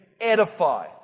edify